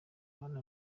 hano